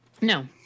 No